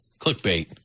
clickbait